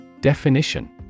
Definition